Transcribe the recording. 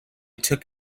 took